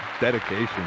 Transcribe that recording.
dedication